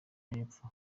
y’epfo